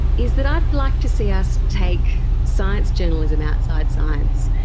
is that i'd like to see us take science journalism outside science.